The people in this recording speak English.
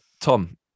Tom